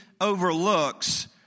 overlooks